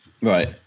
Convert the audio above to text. Right